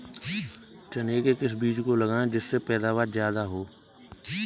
चने के किस बीज को लगाएँ जिससे पैदावार ज्यादा हो?